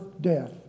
death